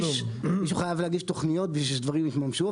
מישהו חייב להגיש תוכניות בשביל שדברים יתממשו.